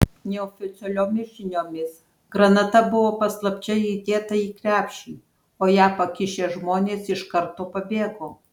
neoficialiomis žiniomis granata buvo paslapčia įdėta į krepšį o ją pakišę žmonės iš karto pabėgo